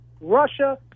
Russia